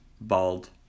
Bald